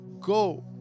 go